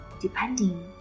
depending